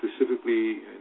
specifically